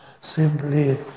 simply